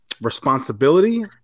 responsibility